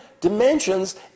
dimensions